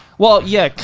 well, yeah,